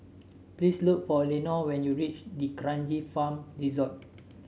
please look for Lenore when you reach D'Kranji Farm Resort